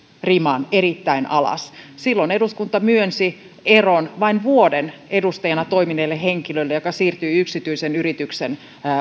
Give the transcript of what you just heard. riman erittäin alas silloin eduskunta myönsi eron vain vuoden edustajana toimineelle henkilölle joka siirtyi yksityisen yrityksen